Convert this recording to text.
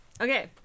okay